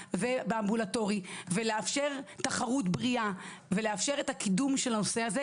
ובאמבולטורי ולאפשר תחרות בריאה ולאפשר את הקידום של הנושא הזה.